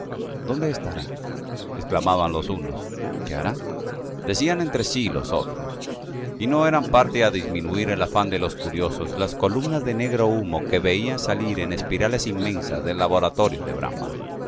dónde estará exclamaban los unos qué hará decían entre sí los otros y no eran parte á disminuir el afán de los curiosos las columnas de negro humo que veían salir en espirales inmensas del laboratorio de brahma